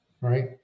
right